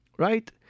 Right